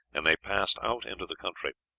and they passed out into the country.